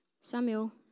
Samuel